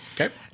Okay